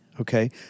okay